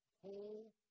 Whole